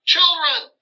Children